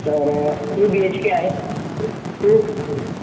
तर two BHK आहे